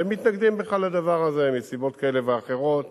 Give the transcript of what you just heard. שמתנגדים בכלל לדבר הזה, מסיבות כאלה ואחרות.